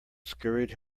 scurried